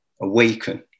awaken